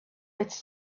its